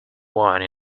wine